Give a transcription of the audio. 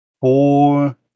four